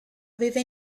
aveva